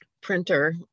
printer